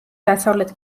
დასავლეთ